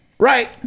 Right